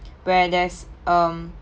where there's um